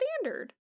standard